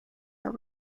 are